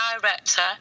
director